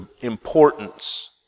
importance